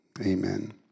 Amen